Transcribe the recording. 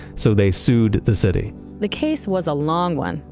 so they sued the city the case was a long one,